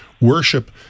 worship